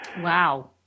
Wow